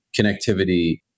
Connectivity